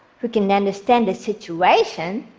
who can understand the situation